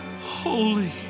holy